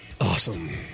awesome